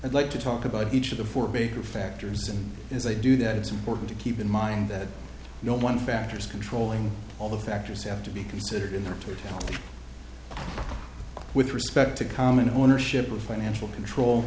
i'd like to talk about each of the four baker factors and as i do that it's important to keep in mind that no one factors controlling all the factors have to be considered in there too with respect to common ownership of financial control